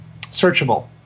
searchable